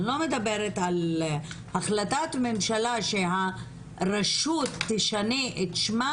אני לא מדברת על החלטת ממשלה שהרשות תשנה את שמה